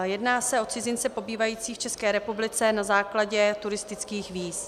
Jedná se o cizince pobývající v České republice na základě turistických víz.